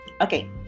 okay